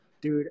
Dude